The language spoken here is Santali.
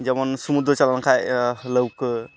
ᱡᱮᱢᱚᱱ ᱥᱚᱢᱩᱫᱨᱚ ᱪᱟᱞᱟᱣ ᱞᱮᱱᱠᱷᱟᱱ ᱞᱟᱹᱣᱠᱟᱹ